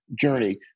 journey